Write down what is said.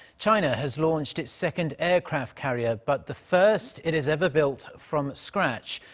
china has launched its second aircraft carrier. but the first it has ever built from scratch